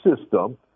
system